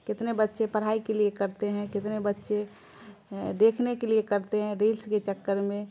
کتنے بچے پڑھائی کے لیے کرتے ہیں کتنے بچے دیکھنے کے لیے کرتے ہیں ریلس کے چکر میں